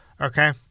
Okay